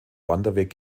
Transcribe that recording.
wanderweg